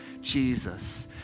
Jesus